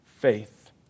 faith